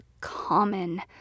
common